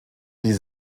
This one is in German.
die